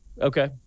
Okay